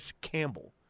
Campbell